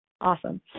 Awesome